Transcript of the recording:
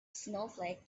snowflake